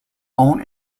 own